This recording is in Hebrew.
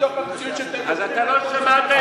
בתוך המציאות שאתם, אז אתה לא שמעת את השאלה.